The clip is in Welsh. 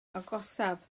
agosaf